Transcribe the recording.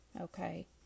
Okay